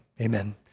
amen